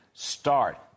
Start